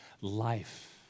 life